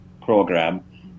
program